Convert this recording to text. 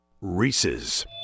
Reese's